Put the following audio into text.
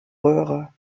röhre